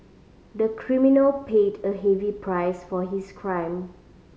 the criminal paid a heavy price for his crime